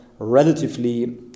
relatively